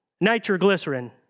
nitroglycerin